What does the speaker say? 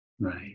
Right